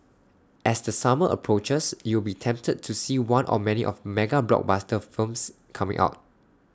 as the summer approaches you will be tempted to see one or many of mega blockbuster firms coming out